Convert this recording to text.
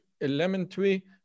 elementary